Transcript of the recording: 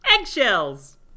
Eggshells